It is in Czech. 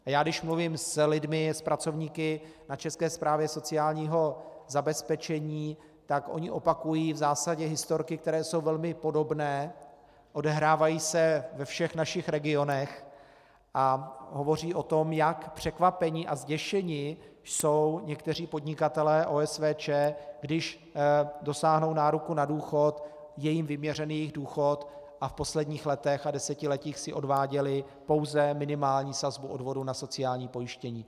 A když mluvím s lidmi, s pracovníky na České správě sociálního zabezpečení, tak oni opakují v zásadě historky, které jsou velmi podobné, odehrávají se ve všech našich regionech, a hovoří o tom, jak překvapeni a zděšeni jsou někteří podnikatelé OSVČ, když dosáhnou nároku na důchod, je jim vyměřen jejich důchod a v posledních letech a desetiletích si odváděli pouze minimální sazbu odvodu na sociální pojištění.